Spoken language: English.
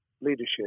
leadership